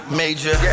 major